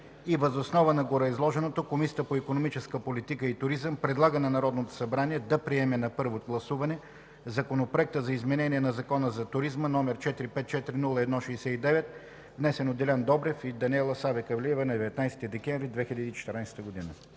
Въз основа на гореизложеното Комисията по икономическа политика и туризъм предлага на Народното събрание да приеме на първо гласуване Законопроект за изменение на Закона за туризма, № 454-01-69, внесен от Делян Добрев и Даниела Савеклиева на 19 декември 2014 г.”